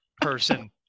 person